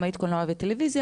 במאית קולנוע וטלוויזיה,